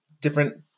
different